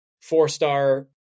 four-star